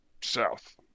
South